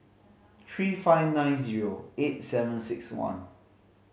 three five nine zero eight seven six one